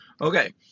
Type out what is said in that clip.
Okay